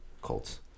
Colts